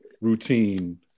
routine